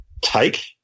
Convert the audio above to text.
take